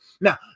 Now